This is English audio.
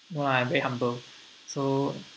no I'm very humble so